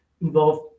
involved